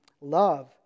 love